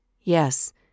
Yes